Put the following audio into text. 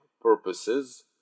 purposes